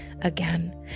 again